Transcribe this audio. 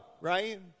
right